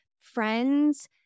friends